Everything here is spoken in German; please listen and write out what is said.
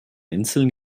inseln